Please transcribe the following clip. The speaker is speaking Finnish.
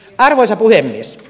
arvoisa puhemies